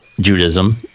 Judaism